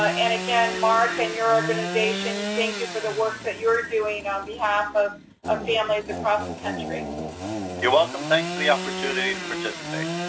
ah and again, mark and your organization, thank you for the work that you're doing on behalf of of families across the country. mark you're welcome, thanks for the opportunity to participate.